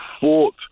fought